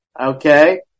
Okay